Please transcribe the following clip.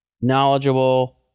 knowledgeable